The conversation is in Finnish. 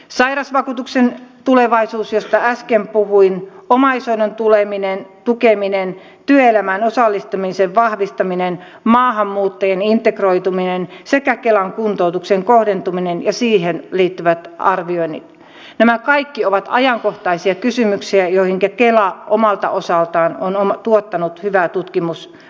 sairausvakuutuksen tulevaisuus josta äsken puhuin omaishoidon tukeminen työelämään osallistumisen vahvistaminen maahanmuuttajien integroituminen sekä kelan kuntoutuksen kohdentuminen ja siihen liittyvät arvioinnit nämä kaikki ovat ajankohtaisia kysymyksiä joihinka kela omalta osaltaan on tuottanut hyvää tutkimusmateriaalia